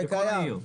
זה קיים.